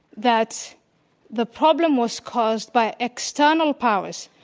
that the problem was caused by external powers,